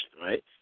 right